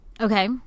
okay